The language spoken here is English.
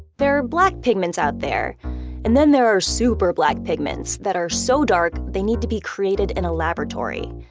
there are black pigments out there and then there are super-black pigments that are so dark, they need to be created in a laboratory.